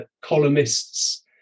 columnists